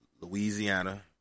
Louisiana